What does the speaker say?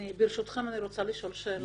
ברשותכם, אני רוצה לשאול שאלה.